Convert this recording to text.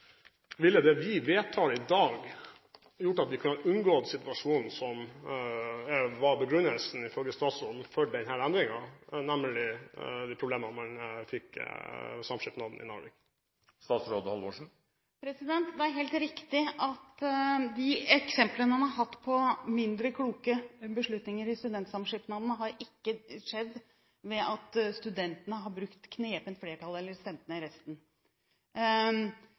ville det som vi vedtar i dag, gjort at vi kunne ha unngått situasjonen som var begrunnelsen, ifølge statsråden, for denne endringen, nemlig de problemene man fikk ved Studentsamskipnaden i Narvik? Det er helt riktig at de eksemplene man har hatt på mindre kloke beslutninger i studentsamskipnadene, ikke har skjedd ved at studentene har brukt knepent flertall eller stemt ned resten